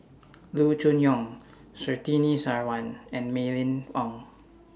Loo Choon Yong Surtini Sarwan and Mylene Ong